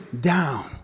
down